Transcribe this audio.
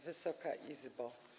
Wysoka Izbo!